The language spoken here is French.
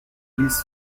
villes